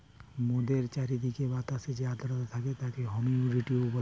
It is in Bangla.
মোদের চারিদিকের বাতাসে যে আদ্রতা থাকে তাকে হুমিডিটি বলতিছে